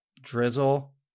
drizzle